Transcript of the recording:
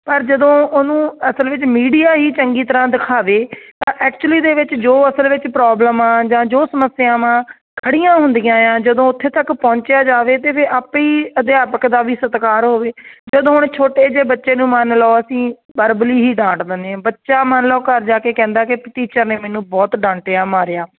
ਪਰ ਜਦੋਂ ਉਹਨੂੰ ਅਸਲ ਵਿੱਚ ਮੀਡੀਆ ਹੀ ਚੰਗੀ ਤਰ੍ਹਾਂ ਦਿਖਾਵੇ ਤਾਂ ਐਕਚੁਲੀ ਦੇ ਵਿੱਚ ਜੋ ਅਸਲ ਵਿੱਚ ਪ੍ਰੋਬਲਮ ਆ ਜਾਂ ਜੋ ਸਮੱਸਿਆਵਾਂ ਖੜ੍ਹੀਆਂ ਹੁੰਦੀਆਂ ਐ ਜਦੋਂ ਉੱਥੇ ਤੱਕ ਪਹੁੰਚਿਆ ਜਾਵੇ ਅਤੇ ਫਿਰ ਆਪ ਹੀ ਅਧਿਆਪਕ ਦਾ ਵੀ ਸਤਿਕਾਰ ਹੋਵੇ ਜਦੋਂ ਹੁਣ ਛੋਟੇ ਜਿਹੇ ਬੱਚੇ ਨੂੰ ਮੰਨ ਲਓ ਅਸੀਂ ਬਰਬਲੀ ਹੀ ਡਾਂਟ ਦਿੰਦੇ ਬੱਚਾ ਮੰਨ ਲਓ ਘਰ ਜਾ ਕੇ ਕਹਿੰਦਾ ਕਿ ਟੀਚਰ ਨੇ ਮੈਨੂੰ ਬਹੁਤ ਡਾਂਟਿਆ ਮਾਰਿਆ